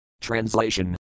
Translation